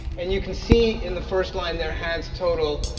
and you can see in the first line there, has total,